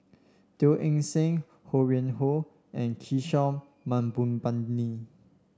Teo Eng Seng Ho Yuen Hoe and Kishore Mahbubani